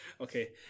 okay